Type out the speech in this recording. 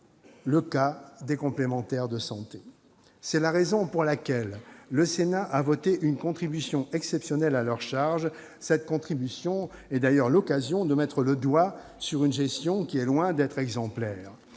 le cas des complémentaires santé. C'est la raison pour laquelle le Sénat a voté une contribution exceptionnelle à leur charge. Cette contribution est d'ailleurs l'occasion de mettre le doigt sur une gestion qui est loin d'être exemplaire.